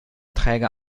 träger